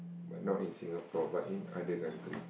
but not in Singapore but in other country